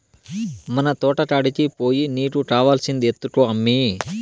మన తోటకాడికి పోయి నీకు కావాల్సింది ఎత్తుకో అమ్మీ